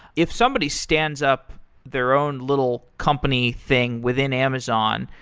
if somebody stands up their own little company thing within amazon,